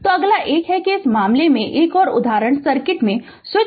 तो अगला एक है कि इस मामले में एक और उदाहरण सर्किट में स्विच